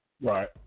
Right